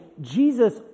Jesus